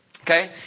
Okay